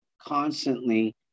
constantly